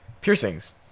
Piercings